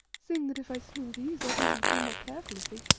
seeing that if i slew these, others would be more careful of thee?